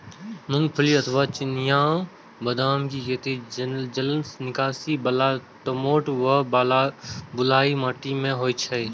मूंगफली अथवा चिनिया बदामक खेती जलनिकासी बला दोमट व बलुई माटि मे होइ छै